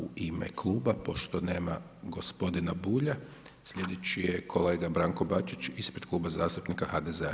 U ime kluba pošto nema gospodina Bulja, sljedeći je kolega Branko Bačić ispred Kluba zastupnika HDZ-a.